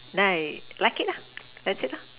then I like it that's it